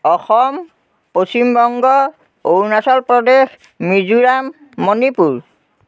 Assam Paschimbanga Arunachal Pradesh Mizoram Manipur